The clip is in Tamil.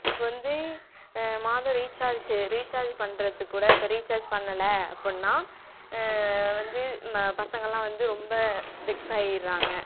இப்போ வந்து மாதம் ரீச்சர்ஜு ரீச்சார்ஜ் பண்ணுறதுக்கு கூட இப்போ ரீச்சார்ஜ் பண்ணலை அப்புடினா வந்து ம பசங்கள் எல்லாம் வந்து ரொம்ப வெக்ஸ் ஆயிடுறாங்க